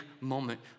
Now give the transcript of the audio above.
moment